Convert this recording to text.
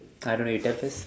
I don't know you tell first